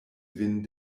vin